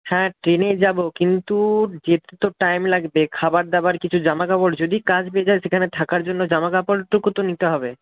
হ্যাঁ ট্রেনে যাব কিন্তু যেতে তো টাইম লাগবে খাবার দাবার কিছু জামাকাপড় যদি কাজ পেয়ে যাই সেখানে থাকার জন্য জামাকাপড়টুকু তো নিতে হবে